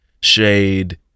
shade